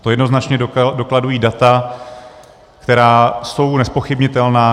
To jednoznačně dokladují data, která jsou nezpochybnitelná.